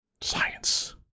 Science